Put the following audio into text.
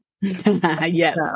yes